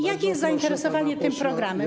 Jakie jest zainteresowanie tym programem?